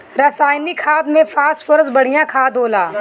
रासायनिक खाद में फॉस्फोरस बढ़िया खाद होला